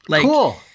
Cool